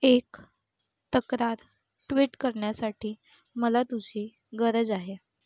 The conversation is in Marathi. एक तक्रार ट्वीट करण्यासाठी मला तुझी गरज आहे